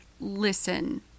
listen